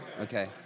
Okay